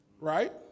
Right